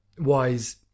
wise